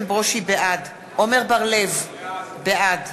בעד עמר בר-לב, בעד